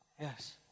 Yes